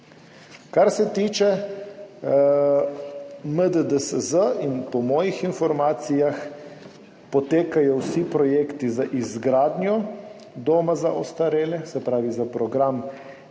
Kar se tiče MDDSZ, po mojih informacijah potekajo vsi projekti za izgradnjo doma za ostarele, se pravi program